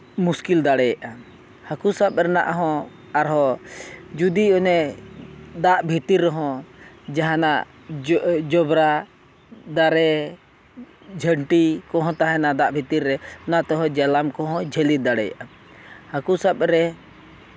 ᱢᱩᱥᱠᱤᱞ ᱫᱟᱲᱮᱭᱟᱜᱼᱟ ᱦᱟᱹᱠᱩ ᱥᱟᱵᱽ ᱨᱮᱱᱟᱜ ᱦᱚᱸ ᱟᱨᱦᱚᱸ ᱡᱩᱫᱤ ᱚᱱᱮ ᱫᱟᱜ ᱵᱷᱤᱛᱤᱨ ᱨᱮᱦᱚᱸ ᱡᱟᱦᱟᱱᱟᱜ ᱡᱚ ᱡᱚᱵᱽᱨᱟ ᱫᱟᱨᱮ ᱡᱷᱟᱹᱱᱴᱤ ᱠᱚᱦᱚᱸ ᱛᱟᱦᱮᱱᱟ ᱫᱟᱜ ᱵᱷᱤᱛᱤᱨ ᱨᱮ ᱚᱱᱟ ᱛᱮᱦᱚᱸ ᱡᱟᱞᱟᱢ ᱠᱚᱦᱚᱸ ᱡᱷᱟᱹᱞᱤ ᱫᱟᱲᱮᱭᱟᱜᱟ ᱦᱟᱹᱠᱩ ᱥᱟᱵᱽ ᱨᱮ